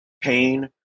pain